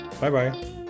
Bye-bye